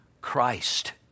Christ